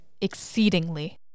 exceedingly